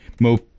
Mo